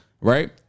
right